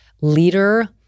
leader